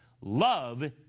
love